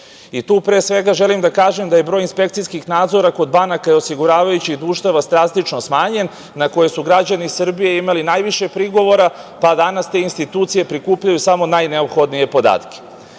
i tu pre svega želim da kažem da je broj inspekcijskih nadzora kod banaka i osiguravajućih društava drastično smanjen na koje su građani Srbije imali najviše prigovora, pa danas te institucije prikupljaju samo najneophodnije podatke. Takođe